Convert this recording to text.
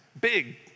Big